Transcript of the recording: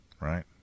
Right